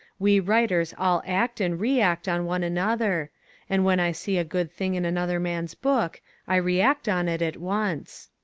we writers all act and react on one another and when i see a good thing in another man's book i react on it at once.